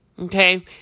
Okay